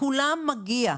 לכולם מגיע.